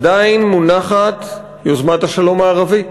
עדיין מונחת יוזמת השלום הערבית.